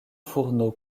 fourneaux